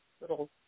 little